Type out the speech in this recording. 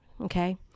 okay